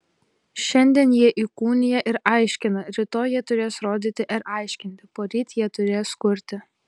šiandien jie įkūnija ir aiškina rytoj jie turės rodyti ir aiškinti poryt jie turės kurti